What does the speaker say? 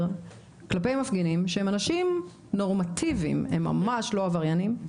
כלפי מפגינים שהם אנשים נורמטיביים וממש לא עבריינים?